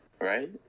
right